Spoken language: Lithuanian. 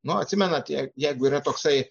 nu atsimenat je jeigu yra toksai